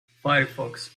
firefox